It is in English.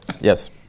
Yes